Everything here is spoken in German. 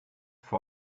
vor